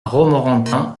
romorantin